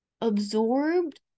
absorbed